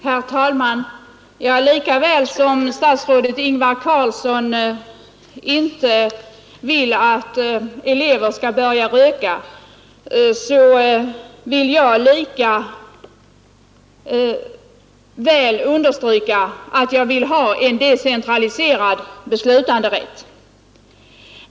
Herr talman! Lika väl som statsrådet Ingvar Carlsson inte vill att elever skall börja röka lika väl vill jag ha en decentraliserad beslutanderätt.